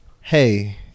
hey